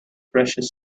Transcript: precious